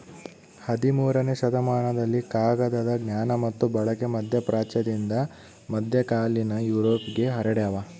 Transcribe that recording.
ಹದಿಮೂರನೇ ಶತಮಾನದಲ್ಲಿ ಕಾಗದದ ಜ್ಞಾನ ಮತ್ತು ಬಳಕೆ ಮಧ್ಯಪ್ರಾಚ್ಯದಿಂದ ಮಧ್ಯಕಾಲೀನ ಯುರೋಪ್ಗೆ ಹರಡ್ಯಾದ